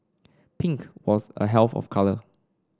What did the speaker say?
pink was a health of colour